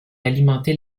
alimentait